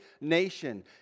nation